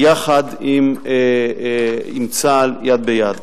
יחד עם צה"ל, יד ביד.